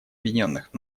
объединенных